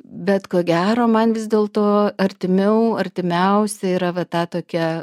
bet ko gero man vis dėlto artimiau artimiausia yra va ta tokia